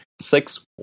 six